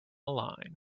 line